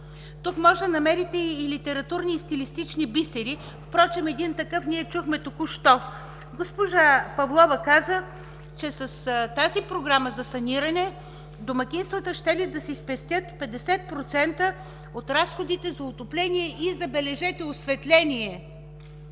Тук можете да намерите и литературни, и стилистични бисери. Впрочем един такъв ние чухме току-що. Госпожа Павлова каза, че с тази Програма за саниране домакинствата щели да си спестят 50% от разходите за отопление и, забележете, осветление!